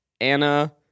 Anna